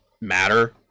matter